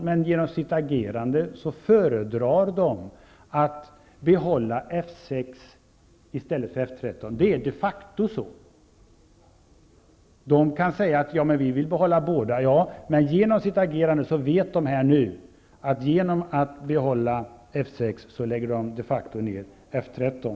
Men genom sitt agerande föredrar man att behålla F 6 i stället för F 13. Det är de facto på det sättet. Ny demokrati kan säga att man vill behålla båda, men genom sitt agerande vet man att genom att behålla F 6 lägger man de facto ned F 13.